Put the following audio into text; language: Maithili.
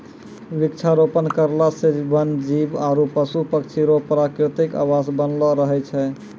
वृक्षारोपण करला से वन जीब आरु पशु पक्षी रो प्रकृतिक आवास बनलो रहै छै